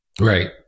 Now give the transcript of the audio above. Right